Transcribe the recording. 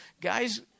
guys